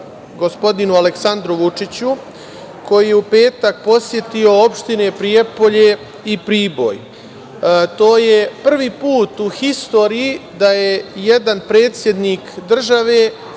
gospodinu Aleksandru Vučiću, koji je u petak posetio opštine Prijepolje i Priboj. To je prvi put u istoriji da je jedan predsednik države